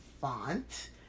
font